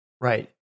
Right